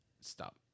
Stop